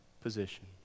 position